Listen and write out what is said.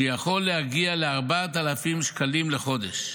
שיכול להגיע ל-4,000 שקלים לחודש,